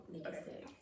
Okay